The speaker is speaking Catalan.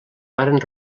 varen